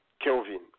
Kelvin